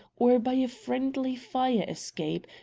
or by a friendly fire-escape,